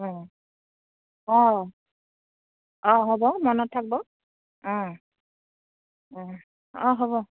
অঁ অঁ অঁ হ'ব মনত থাকিব অঁ অঁ অঁ হ'ব